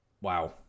wow